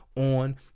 On